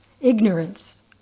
ignorance